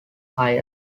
higher